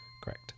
Correct